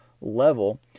level